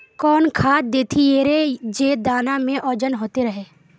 कौन खाद देथियेरे जे दाना में ओजन होते रेह?